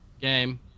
game